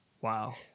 Wow